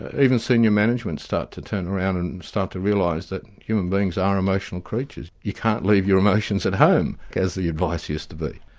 even senior management start to turn around and and start to realise that and human beings are emotional creatures. you can't leave your emotions at home, as the advice used to be.